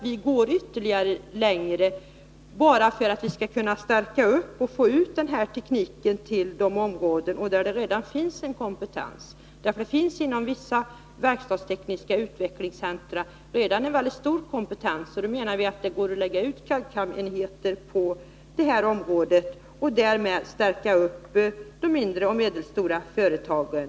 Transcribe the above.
Vi vill gå längre och förstärka och sprida den här tekniken till de områden där det redan finns en kompetens. Inom vissa verkstadstekniska utvecklingscentra finns det en väldigt stor kompetens, och vi menar därför att man bör lägga ut CAD/CAM-enheter till sådana områden till förmån för de mindre och medelstora företagen.